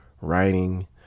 writing